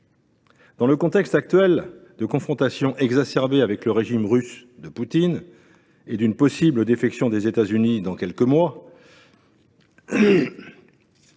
Dans le contexte actuel de confrontation exacerbée avec le régime russe de Poutine et d’une possible défection des États Unis dans quelques mois,